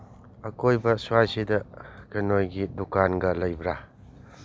ꯑꯀꯣꯏꯕ ꯁ꯭ꯋꯥꯏꯁꯤꯗ ꯀꯦꯅꯣꯏꯒꯤ ꯗꯨꯀꯥꯟꯒ ꯂꯩꯕ꯭ꯔꯥ